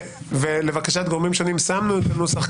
לבקשת גורמים שונים שמנו את הנוסח,